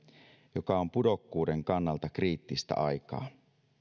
joka on pudokkuuden kannalta kriittistä aikaa